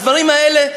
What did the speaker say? הדברים האלה,